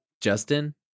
Justin